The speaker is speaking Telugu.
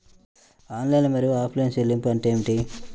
ఆన్లైన్ మరియు ఆఫ్లైన్ చెల్లింపులు అంటే ఏమిటి?